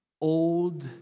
old